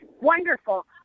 wonderful